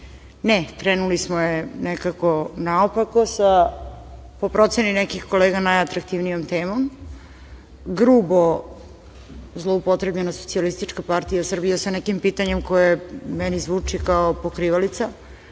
Ne, krenuli smo je nekako naopako, sa, po proceni nekih kolega, najatraktivnijom temom. Grubo zloupotrebljena SPS sa nekim pitanjem koje meni zvuči kao pokrivalica.